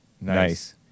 Nice